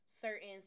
certain